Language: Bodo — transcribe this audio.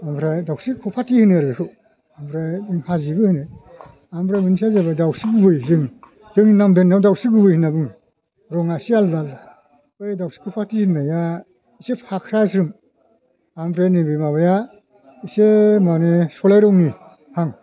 ओमफ्राय दाउस्रि कफाथि होनो आरो बैखौ ओमफ्राय जों हाजिबो होनो बे मोनसेआ जाबाय दाउस्रि गुबै जों जों नाम दोननाया दाउस्रि गुबै होनना बुङो रङा एसे आलदा आलदा बै दाउस्रि कपाथि होननाया एसे फाख्राज्रोम ओमफ्राय नैबे माबाया एसे माने सलाइ रंनि हां